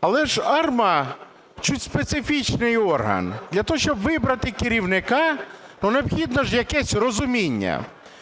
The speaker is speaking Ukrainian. Але ж АРМА – це специфічний орган. Для того, щоб вибрати керівника, необхідно ж якесь розуміння.